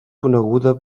coneguda